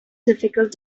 difficult